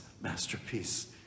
masterpiece